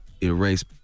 erase